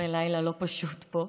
אחרי לילה לא פשוט פה,